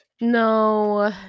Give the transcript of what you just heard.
No